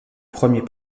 premier